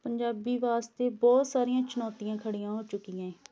ਪੰਜਾਬੀ ਵਾਸਤੇ ਬਹੁਤ ਸਾਰੀਆਂ ਚੁਣੌਤੀਆਂ ਖੜ੍ਹੀਆਂ ਹੋ ਚੁੱਕੀਆਂ ਏ